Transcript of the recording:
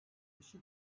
eşi